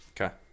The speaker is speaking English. Okay